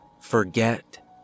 forget